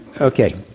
Okay